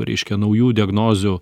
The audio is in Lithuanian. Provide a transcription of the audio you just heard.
reiškia naujų diagnozių